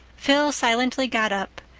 phil silently got up,